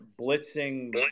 blitzing